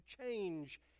change